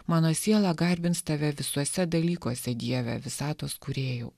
mano siela garbins tave visuose dalykuose dieve visatos kūrėjau